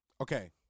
Okay